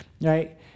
Right